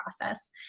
process